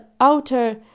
outer